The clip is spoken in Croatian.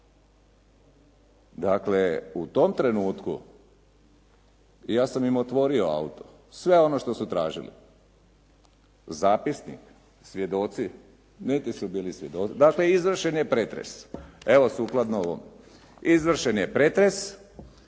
Dakle, u tom trenutku ja sam im otvorio auto, sve ono što su oni tražili. Zapisnik, svjedoci? Niti su bili svjedoci, dakle izvršen je pretres. Evo sukladno ovom, izvršen je pretres.